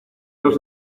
los